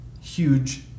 huge